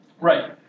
Right